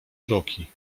uroki